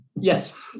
Yes